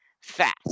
fast